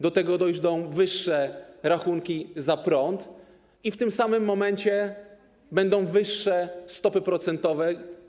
Do tego dojdą wyższe rachunki za prąd i w tym samym momencie będą wyższe stopy procentowe.